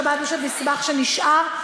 שמענו שזה מסמך שנשאר,